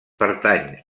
pertany